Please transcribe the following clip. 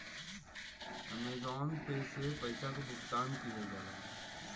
Amazon Pay से पइसा क भुगतान किहल जाला